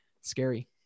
Scary